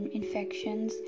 infections